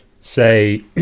say